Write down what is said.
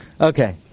Okay